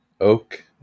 Oak